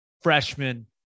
freshman